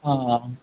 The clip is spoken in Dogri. हां आं